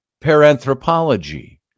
paranthropology